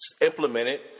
implemented